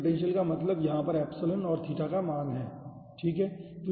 potential का मतलब यहाँ पर एप्सिलॉन और थीटा का मान है ठीक है